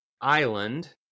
island